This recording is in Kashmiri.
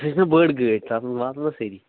سۄ چھَنا بٔڈ گٲڑۍَ تَتھ منٛز واتنا سٲری